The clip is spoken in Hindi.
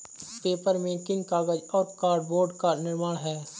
पेपरमेकिंग कागज और कार्डबोर्ड का निर्माण है